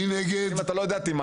אם אתה לא יודע תימנע.